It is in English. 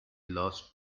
lost